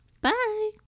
bye